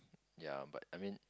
ya but I mean